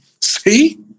see